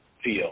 feel